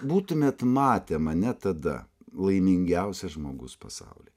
būtumėt matę mane tada laimingiausias žmogus pasauly